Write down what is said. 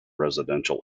residential